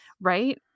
right